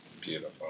Beautiful